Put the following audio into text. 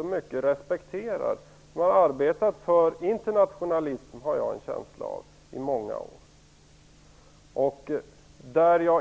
och mycket Vänsterns historia. Man har arbetat för internationalism, har jag en känsla av, i många år.